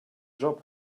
job